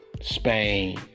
Spain